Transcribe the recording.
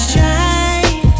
Shine